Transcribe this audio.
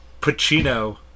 Pacino